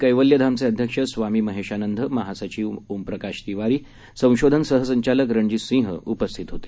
कैवल्यधामचे अध्यक्ष स्वामी महेशानंद महासचिव ओमप्रकाश तिवारी संशोधन सहसंचालक रणजीत सिंह त्यावेळी उपस्थित होते